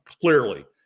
Clearly